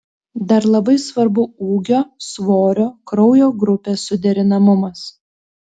dar labai svarbu ūgio svorio kraujo grupės suderinamumas